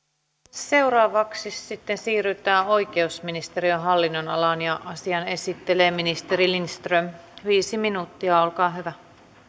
seuraavaksi sitten siirrytään oikeusministeriön hallinnonalaan ja asian esittelee ministeri lindström viisi minuuttia olkaa hyvä